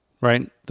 right